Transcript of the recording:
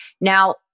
Now